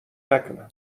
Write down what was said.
نکنم